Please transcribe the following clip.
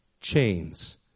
chains